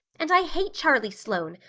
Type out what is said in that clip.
and i hate charlie sloane,